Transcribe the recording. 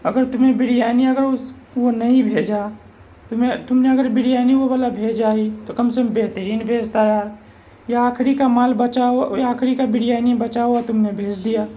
اگر تمہیں بریانی اگر اس وہ نہیں بھیجا تم نے اگر بریانی وہ والا بھیجا ہی تو کم سے کم بہترین بھیجتا یار یہ آخری کا مال بچا ہوا یہ آخری کا بریانی بچا ہوا تم نے بھیج دیا